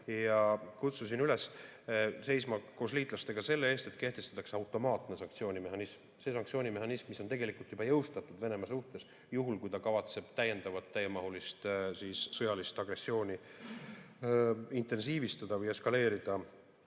ja kutsusin teid üles seisma koos liitlastega selle eest – kehtestataks automaatne sanktsioonimehhanism. Sanktsioonimehhanism on tegelikult juba jõustatud Venemaa suhtes, juhul kui ta kavatseb täiendavat täiemahulist sõjalist agressiooni intensiivistada või eskaleerida